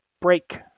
break